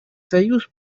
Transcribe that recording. союз